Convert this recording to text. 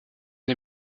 des